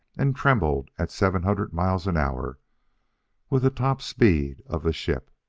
and trembled at seven hundred miles an hour with the top speed of the ship.